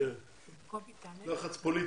לחץ פוליטי.